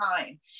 time